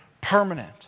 permanent